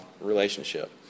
relationship